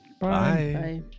Bye